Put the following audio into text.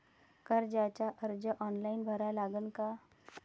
कर्जाचा अर्ज ऑनलाईन भरा लागन का?